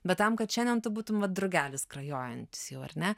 bet tam kad šiandien tu būtum va drugelis skrajojantis jau ar ne